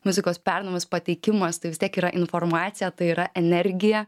muzikos perdavimas pateikimas tai vis tiek yra informacija tai yra energija